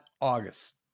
August